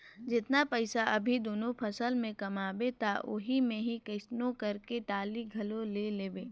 जेतना पइसा अभी दूनो फसल में कमाबे त ओही मे ही कइसनो करके टाली घलो ले लेबे